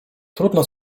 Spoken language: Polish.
trudno